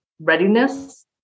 readiness